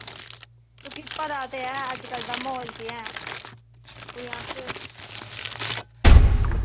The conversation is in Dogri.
तुगी पता ते ऐ अज्जकल दा म्हौल केह् एह् कुड़ियां आस्तै